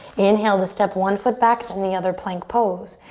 inhale to step one foot back then the other, plank pose.